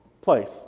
place